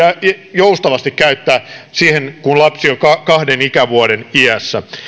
joustavasti käyttämään siihen kun lapsi on kahden vuoden iässä